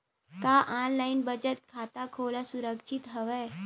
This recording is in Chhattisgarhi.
का ऑनलाइन बचत खाता खोला सुरक्षित हवय?